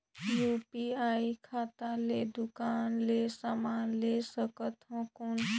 UPI खाता ले दुकान ले समान ले सकथन कौन?